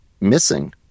missing